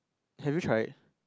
have you tried